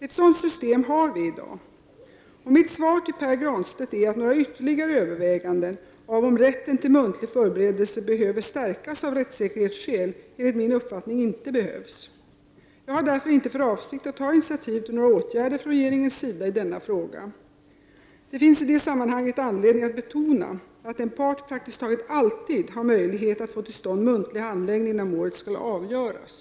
Ett sådant system har vi i dag. Mitt svar till Pär Granstedt är att några ytterligare överväganden huruvida rätten till muntlig förberedelse behöver stärkas av rättssäkerhetsskäl enligt min uppfattning inte behövs. Jag har därför inte för avsikt att ta initiativ till några åtgärder från regeringens sida i denna fråga. Det finns i det sammanhanget anledning att betona att en part praktiskt taget alltid har möjlighet att få till stånd muntlig handläggning när målet skall avgöras.